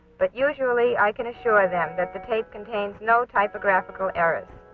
but usually i can assure them that the tape contains no typographical errors.